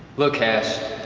look, hash.